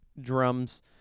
drums